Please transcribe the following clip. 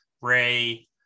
Ray